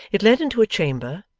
it led into a chamber,